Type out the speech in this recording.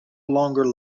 longer